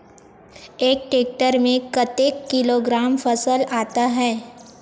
एक टेक्टर में कतेक किलोग्राम फसल आता है?